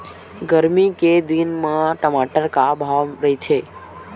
गरमी के दिन म टमाटर का भाव रहिथे?